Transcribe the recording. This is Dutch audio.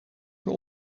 door